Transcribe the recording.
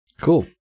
Cool